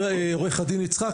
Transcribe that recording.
עורך הדין חננאל,